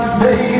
baby